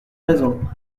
raison